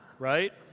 Right